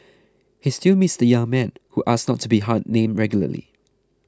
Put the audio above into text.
he still meets the young man who asked not to be ha named regularly